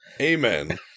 Amen